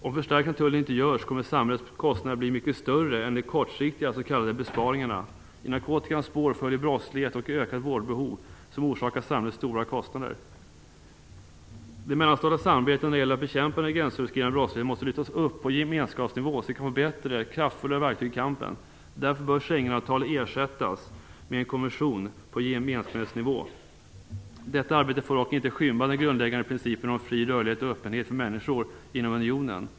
Om en förstärkning av tullen inte görs kommer samhällets kostnader att bli mycket större än de kortsiktiga s.k. besparingarna. I narkotikans spår följer brottslighet och ett ökat vårdbehov, som orsakar samhället stora kostnader. Det mellanstatliga samarbetet när det gäller att bekämpa den gränsöverskridande brottsligheten måste lyftas upp på gemenskapsnivå, så att vi kan få kraftfullare verktyg i kampen. Därför bör Schengenavtalet ersättas med en konvention på gemenskapsnivå. Detta arbete får dock inte skymma den grundläggande principen om fri rörlighet och öppenhet för människor inom unionen.